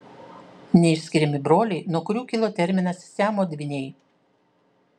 neišskiriami broliai nuo kurių kilo terminas siamo dvyniai